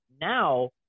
Now